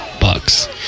Bucks